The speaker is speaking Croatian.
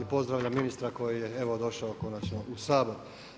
Pozdravljam ministra koji je evo, došao konačno u Sabor.